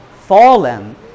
Fallen